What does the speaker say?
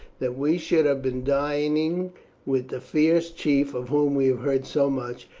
that we should have been dining with the fierce chief of whom we have heard so much,